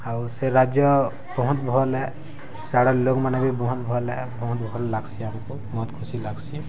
ଆଉ ସେ ରାଜ୍ୟ ବହୁତ୍ ଭଲ୍ ଏ ସିଆଡ଼ର୍ ଲୋକମାନେ ବି ବହୁତ୍ ଭଲ୍ ଏ ବହୁତ୍ ଭଲ୍ ଲାଗ୍ସି ଆମକୁ ବହୁତ୍ ଖୁସି ଲାଗ୍ସି